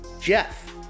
Jeff